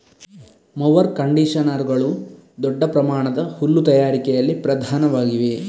mower ಕಂಡಿಷನರುಗಳು ದೊಡ್ಡ ಪ್ರಮಾಣದ ಹುಲ್ಲು ತಯಾರಿಕೆಯಲ್ಲಿ ಪ್ರಧಾನವಾಗಿವೆ